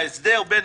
ההסדר בין